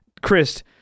Chris